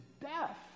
death